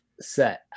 set